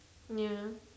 ya